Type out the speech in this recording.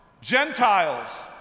Gentiles